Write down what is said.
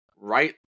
right